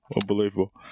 Unbelievable